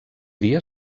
dia